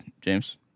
James